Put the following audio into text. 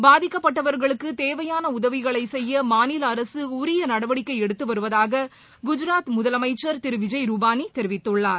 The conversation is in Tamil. பாதிக்கப்பட்டவர்களுக்கு தேவையான உதவிகளை செய்ய மாநில அரசு உரிய நடவடிக்கை எடுத்து வருவதாக குஜராத் முதலமைச்சர் திரு விஜய் ருபானி தெரிவித்துள்ளார்